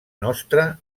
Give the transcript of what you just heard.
nostra